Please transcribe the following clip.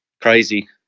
Crazy